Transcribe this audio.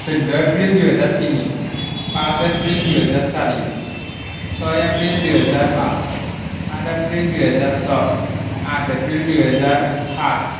চৈধ্য এপ্ৰিল দুহেজাৰ তিনি পাঁচ এপ্ৰিল দুহেজাৰ চাৰি ছয় এপ্ৰিল দুহেজাৰ পাঁচ সাত এপ্ৰিল দুহেজাৰ ছয় আঠ এপ্ৰিল দুহেজাৰ সাত